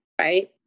right